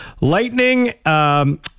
Lightning